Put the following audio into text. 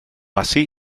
así